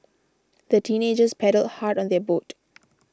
the teenagers paddled hard on their boat